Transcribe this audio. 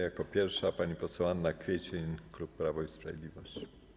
Jako pierwsza pani poseł Anna Kwiecień, klub Prawo i Sprawiedliwość.